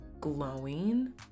glowing